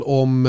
om